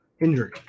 injury